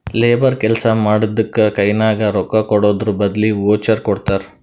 labour ಕೆಲ್ಸಾ ಮಾಡಿದ್ದುಕ್ ಕೈನಾಗ ರೊಕ್ಕಾಕೊಡದ್ರ್ ಬದ್ಲಿ ವೋಚರ್ ಕೊಡ್ತಾರ್